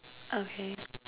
okay